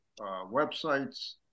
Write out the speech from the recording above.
websites